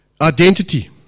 Identity